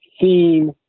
theme